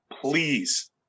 please